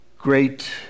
great